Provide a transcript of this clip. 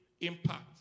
impact